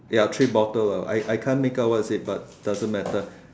ya I three bottle ah I I can't make out what it is but doesn't matter